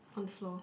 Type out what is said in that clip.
on the floor